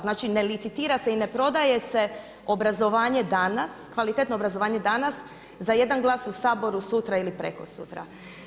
Znači ne licitira se i ne prodaje se obrazovanje danas, kvalitetno obrazovanje danas za jedan glas u Saboru sutra ili prekosutra.